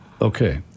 okay